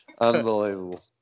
unbelievable